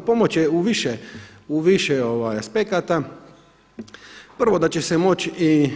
Pomoći će u više aspekata, prvo da će se moći i